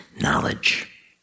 knowledge